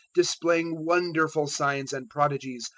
displaying wonderful signs and prodigies,